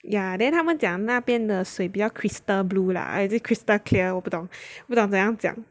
ya then 他们讲那边的水比较 crystal blue lah either crystal clear 我不懂不懂怎样讲